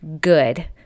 Good